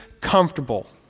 comfortable